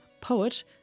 poet